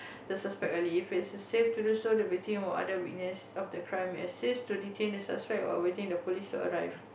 the suspect early if it's safe to do so the victim or other witness of the crime assist to detain the suspect while waiting police to arrive